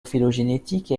phylogénétique